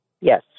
Yes